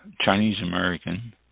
Chinese-American